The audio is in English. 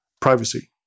privacy